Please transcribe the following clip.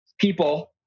people